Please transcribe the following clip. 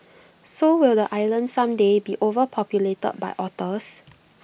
so will the island someday be overpopulated by otters